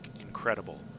incredible